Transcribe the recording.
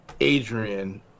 Adrian